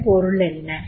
இதன் பொருள் என்ன